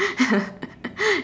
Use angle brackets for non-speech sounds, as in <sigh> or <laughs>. <laughs>